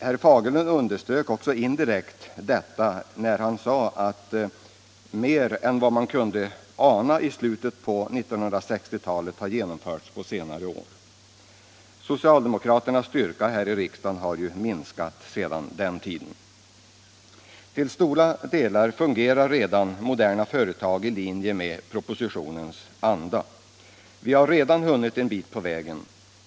Herr Fagerlund underströk också indirekt detta när han sade att det har genomförts mer under senare år på detta område än vad man kunde ana i slutet av 1960-talet. Socialdemokraternas styrka här i riksdagen har minskat sedan den tiden. Till stora delar fungerar moderna företag i överensstämmelse med propositionens anda. Vi har redan hunnit en bit på väg.